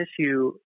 issue